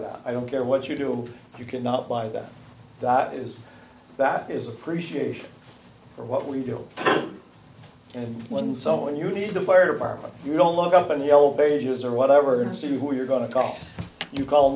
that i don't care what you do you cannot buy that that is that is appreciation for what we do and when someone you need to fire department you don't look up and yell beige is or whatever it is you who you're going to talk you call